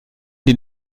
den